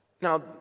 Now